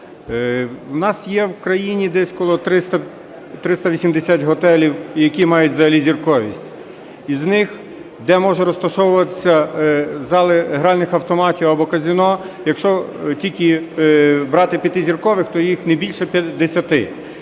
У нас є в країні десь коло 380 готелів, які мають взагалі зірковість. Із них, де можуть розташовуватися зали гральних автоматів або казино, якщо тільки брати п'ятизіркових, то їх не більше 50.